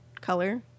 color